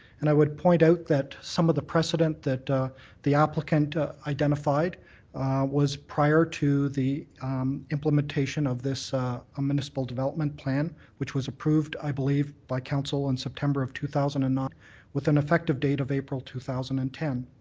and i would point out that some the precedent that the applicant identified was prior to the implementation of this ah municipal development plan, which was approved i believe by council on september of two thousand and nine with an effective date of april two thousand and ten.